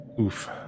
Oof